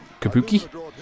Kabuki